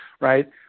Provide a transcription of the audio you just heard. right